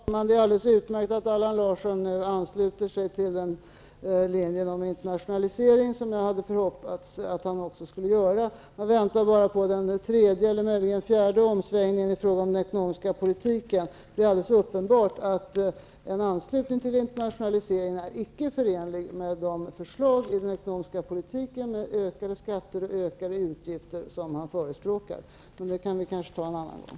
Herr talman! Det är alldeles utmärkt att Allan Larsson nu ansluter sig till linjen om internationalisering. Jag hade hoppats att han skulle göra det. Jag väntar bara på den tredje, eller möjligen fjärde omsvängningen, i fråga om den ekonomiska politiken. Det är alldeles uppenbart att en anslutning till internationaliseringen icke är förenlig med de förslag i den ekonomiska politiken med ökade skatter och ökade utgifter som han förespråkar. Men det kan vi kanske ta en annan gång.